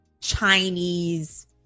Chinese